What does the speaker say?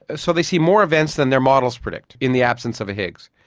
ah so they see more events than their models predict in the absence of a higgs.